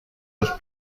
los